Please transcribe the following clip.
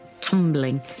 tumbling